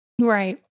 Right